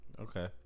Okay